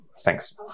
Thanks